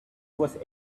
was